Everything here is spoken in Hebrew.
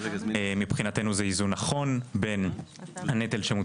מבחינתנו זה איזון נכון בין הנטל שמוטל